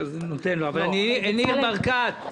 ניר ברקת,